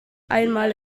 einmal